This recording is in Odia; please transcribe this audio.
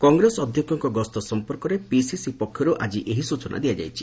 କଂଗ୍ରେସ ଅଧ୍ୟକ୍କ ଗସ୍ତ ସମ୍ପର୍କରେ ପିସିସି ପକ୍ଷରୁ ଆଜି ଏହି ସ୍ଚନା ଦିଆଯାଇଛି